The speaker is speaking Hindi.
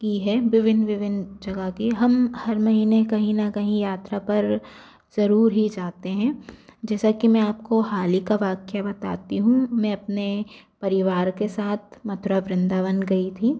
की है विभिन्न विभिन्न जगह की हम हर महीने कहीं ना कहीं यात्रा पर ज़रूर ही जाते हैं जैसा कि मैं आप को हाल ही का वक़ीया बताती हूँ मैं अपने परिवार के साथ मथुरा वृंदावन गई थी